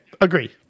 Agree